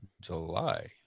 July